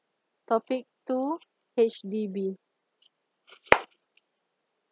topic two H_D_B